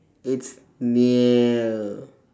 it's near